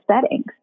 settings